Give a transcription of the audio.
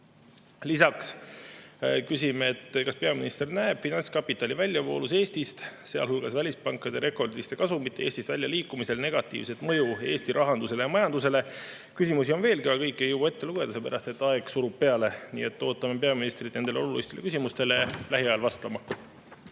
Lisaks küsime, kas peaminister näeb finantskapitali väljavoolul Eestist, sealhulgas välispankade rekordiliste kasumite Eestist välja liikumisel negatiivset mõju Eesti rahandusele ja majandusele. Küsimusi on veel, aga kõiki ei jõua ette lugeda, sellepärast et aeg surub peale. Ootame peaministrit lähiajal nendele olulistele küsimustele vastama.